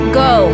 go